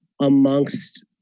amongst